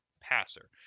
passer